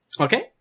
Okay